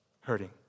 Hurting